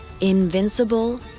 invincible